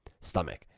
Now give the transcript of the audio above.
stomach